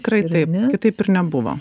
tikrai taip kitaip ir nebuvo